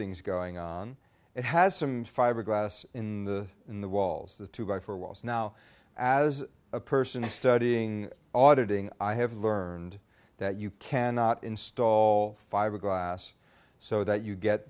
things going on it has some fiberglass in the in the walls the two by four walls now as a person is studying auditing i have learned that you cannot install fiberglass so that you get